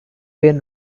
been